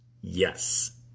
Yes